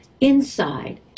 inside